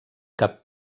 cap